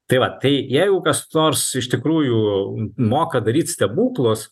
tai va tai jeigu kas nors iš tikrųjų moka daryt stebuklus